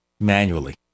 manually